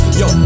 yo